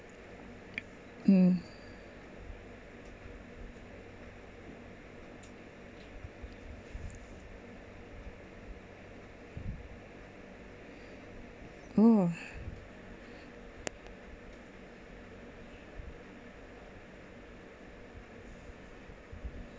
uh oh